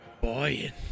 Boy